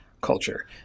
culture